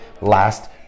last